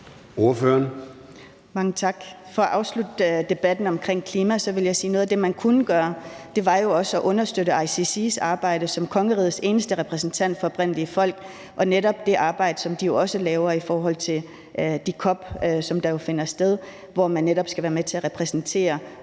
Mange tak. For at afslutte debatten omkring klimaet vil jeg sige, at noget af det, man kunne gøre, jo også var at understøtte ICC's arbejde som kongerigets eneste repræsentant for oprindelige folk og netop også det arbejde, som de laver i forhold til de COP, der finder sted, og hvor man skal være med til at repræsentere oprindelige